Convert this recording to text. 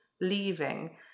leaving